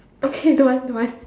okay don't want don't want